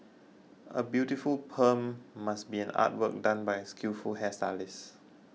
a beautiful perm must be an artwork done by a skillful hairstylist